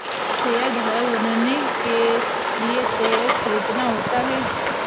शेयरधारक बनने के लिए शेयर खरीदना होता है